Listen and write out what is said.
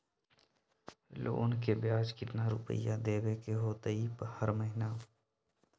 Loan के ब्याज कितना रुपैया देबे के होतइ हर महिना?